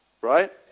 Right